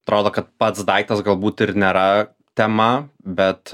atrodo kad pats daiktas galbūt ir nėra tema bet